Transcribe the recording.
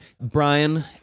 Brian